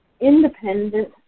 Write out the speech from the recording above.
Independent